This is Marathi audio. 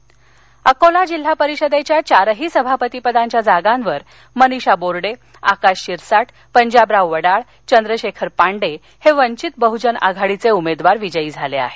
जिल्हा परिषद अकोला अकोला जिल्हा परिषदेच्या चारही सभापतीपदाच्या जागांवर मनीषा बोर्डेआकाश शिरसाटपंजाबराव वडाळचंद्रशेखर पांडे हे वंचित बहुजन आघाडीचे उमेदवार विजयी झाले आहेत